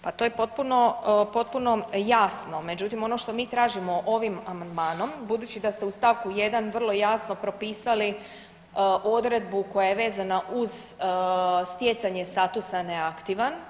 Pa to je potpuno jasno, međutim ono što mi tražimo ovim amandmanom budući da ste u stavku 1. vrlo jasno propisali odredbu koja je vezana uz stjecanje statusa neaktivan.